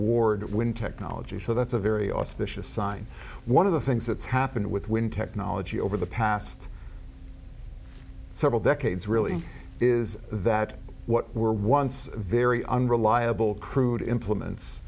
ward when technology so that's a very auspicious sign one of the things that's happened with wind technology over the past several decades really is that what were once very unreliable crude implements